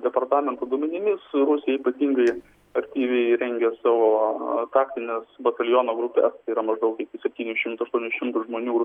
departamento duomenimis rusija ypatingai aktyviai rengia savo taktines bataliono grupes tai yra maždaug iki septynių šimtų aštuonių šimtų žmonių